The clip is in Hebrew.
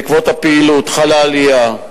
בעקבות הפעילות חלה עלייה: